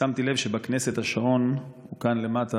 שמתי לב שבכנסת השעון הוא כאן למטה,